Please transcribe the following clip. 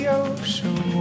ocean